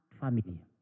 family